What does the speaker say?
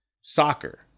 Soccer